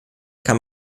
kann